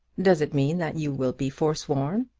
does it mean that you will be forsworn?